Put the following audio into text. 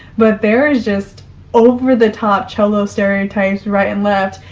but there is just over the top cholo stereotypes right and left.